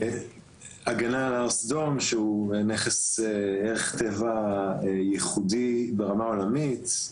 הגנה על הר סדום שהוא ערך טבע ייחודי ברמה עולמית,